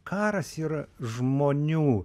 karas yra žmonių